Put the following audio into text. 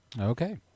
Okay